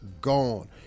gone